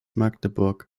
magdeburg